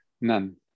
none